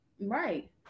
Right